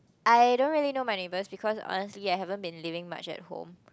I don't really know my neighbors because honestly I haven't been living much at home